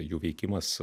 jų veikimas